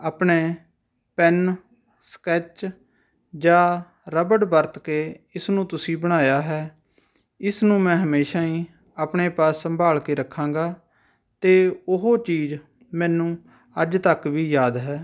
ਆਪਣੇ pen sketch ਜਾਂ ਰਬੜ ਵਰਤ ਕੇ ਇਸ ਨੂੰ ਤੁਸੀਂ ਬਣਾਇਆ ਹੈ ਇਸ ਨੂੰ ਮੈਂ ਹਮੇਸ਼ਾਂ ਹੀ ਆਪਣੇ ਪਾਸ ਸੰਭਾਲ ਕੇ ਰੱਖਾਂਗਾ ਅਤੇ ਉਹ ਚੀਜ਼ ਮੈਨੂੰ ਅੱਜ ਤੱਕ ਵੀ ਯਾਦ ਹੈ